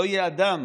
לא יהיה אדם